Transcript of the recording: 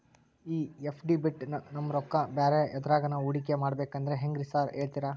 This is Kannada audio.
ಈ ಎಫ್.ಡಿ ಬಿಟ್ ನಮ್ ರೊಕ್ಕನಾ ಬ್ಯಾರೆ ಎದ್ರಾಗಾನ ಹೂಡಿಕೆ ಮಾಡಬೇಕಂದ್ರೆ ಹೆಂಗ್ರಿ ಸಾರ್ ಹೇಳ್ತೇರಾ?